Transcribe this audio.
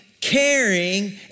Caring